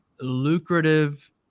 lucrative